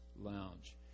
lounge